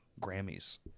Grammys